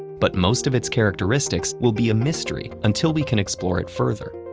but most of its characteristics will be a mystery until we can explore it further.